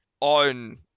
on